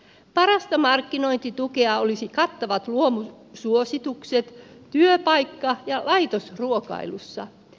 parasta markkinointitukea olisivat kattavat luomusuositukset työpaikka ja laitosruokailussa